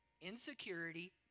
Insecurity